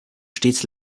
stets